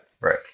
Right